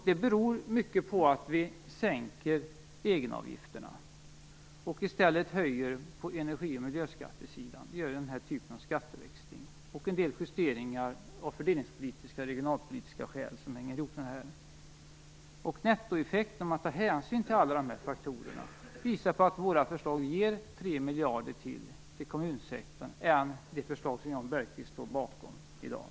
Det beror mycket på att vi sänker egenavgifterna och i stället höjer på energi och miljöskattesidan, att vi gör denna typ av skatteväxling, och gör en del justeringar av fördelningspolitiska och regionalpolitiska skäl, som hänger ihop med det här. Nettoeffekten, om man tar hänsyn till alla dessa faktorer, av våra förslag är 3 miljarder mer till kommunsektorn än av det förslag som Jan Bergqvist står bakom i dag.